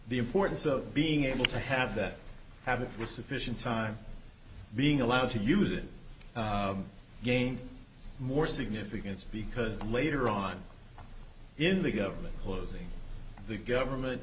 the importance of being able to have that having the sufficient time being allowed to use the game more significance because later on in the government closing the government